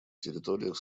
территориях